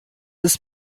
ist